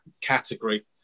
category